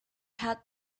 had